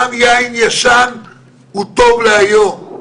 גם יין ישן הוא טוב להיום.